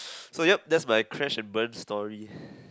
so yup that's my crash and burn story